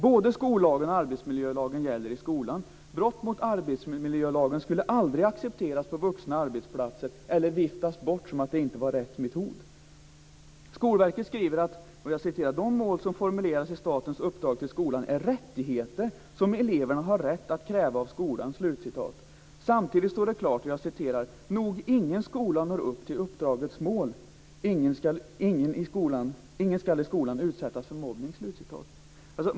Både skollagen och arbetsmiljölagen gäller i skolan. Brott mot arbetsmiljölagen skulle aldrig accepteras på vuxnas arbetsplatser eller viftas bort med att det inte var rätt metod. Skolverket skriver att de mål som formuleras i statens uppdrag till skolan är rättigheter som eleverna har rätt att kräva av skolan. Samtidigt står det klart, skriver man, att nog ingen skola når upp till uppdragets mål att ingen i skolan ska utsättas för mobbning.